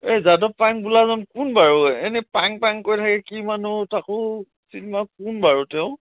এই যাদৱ পায়েং বোলাজন কোন বাৰু এনে পায়েং পায়েং কৈ থাকে কি মানুহ তাকো কোন বাৰু তেওঁ